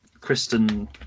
Kristen